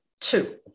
two